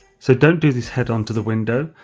so don't do this head on to the window,